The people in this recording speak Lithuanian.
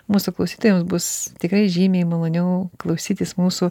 mūsų klausytojams bus tikrai žymiai maloniau klausytis mūsų